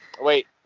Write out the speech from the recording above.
Wait